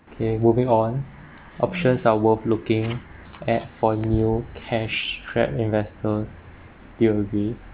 okay moving on options are worth looking at for new cash grab investment do you agree